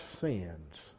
sins